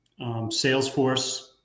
Salesforce